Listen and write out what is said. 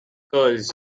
curls